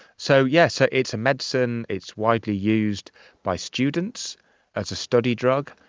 so yes, ah it's a medicine, it's widely used by students as a study drug.